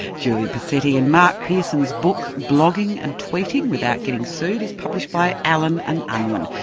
julie posetti and mark pearson's book blogging and tweeting without getting sued is published by allen and unwin.